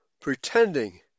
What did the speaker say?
pretending